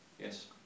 Yes